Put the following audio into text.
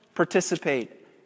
Participate